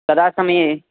तदा समये